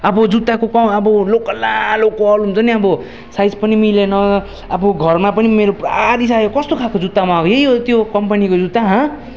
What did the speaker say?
अब जुत्ताको अब लोकल न लोकल हुन्छ नि अब साइज पनि मिलेन अब घरमा पनि मेरो पुरा रिसायो कस्तो खालको जुत्ता मगाएको यही हो त्यो कम्पनीको जुत्ता हँ